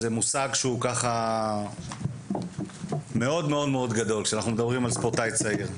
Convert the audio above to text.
זה מושג שהוא מאוד גדול כשאנחנו מדברים על ספורטאי צעיר.